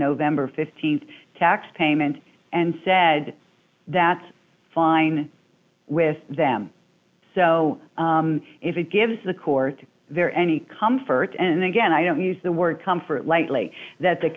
november th tax payment and said that's fine with them so if it gives the court there any comfort and again i don't use the word comfort lightly that the